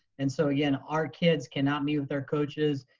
and so again, our kids cannot meet with their coaches.